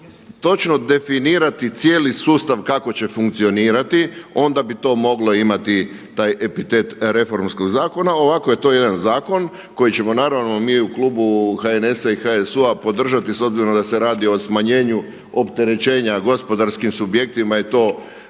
točno definirati cijeli sustav kako će funkcionirati, onda bi to moglo imati taj epitet reformskog zakona. Ovako je to jedan zakon koji ćemo naravno mi u klubu HNS-a i HSU-a podržati s obzirom da se radi o smanjenju opterećenja gospodarskim subjektima i to